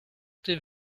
tes